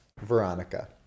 Veronica